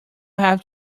have